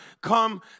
come